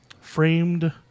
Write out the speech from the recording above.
framed